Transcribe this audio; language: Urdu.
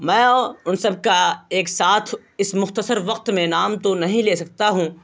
میں ان سب کا ایک ساتھ اس مختصر وقت میں نام تو نہیں لے سکتا ہوں